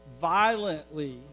violently